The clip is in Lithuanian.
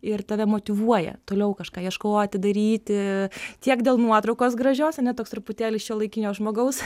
ir tave motyvuoja toliau kažką ieškoti daryti tiek dėl nuotraukos gražios ane toks truputėlį šiuolaikinio žmogaus